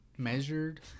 Measured